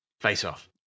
face-off